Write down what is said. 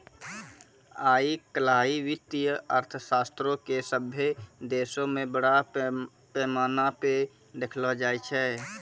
आइ काल्हि वित्तीय अर्थशास्त्रो के सभ्भे देशो मे बड़ा पैमाना पे देखलो जाय छै